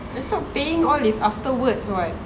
I thought paying all is afterwards [what]